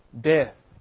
Death